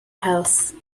house